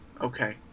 Okay